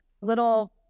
little